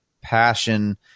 passion